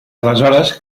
aleshores